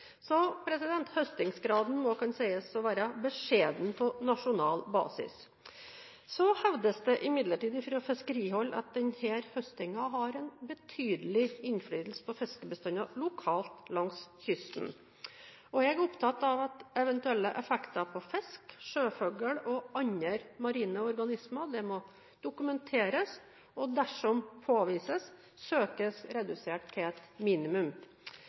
Høstingsgraden må altså kunne sies å være beskjeden på nasjonal basis. Det hevdes imidlertid fra fiskerihold at denne høstingen har en betydelig innflytelse på fiskebestander lokalt langs kysten. Jeg er opptatt av at eventuelle effekter på fisk, sjøfugl og andre marine organismer må dokumenteres og, dersom påvist, søkes redusert til et minimum.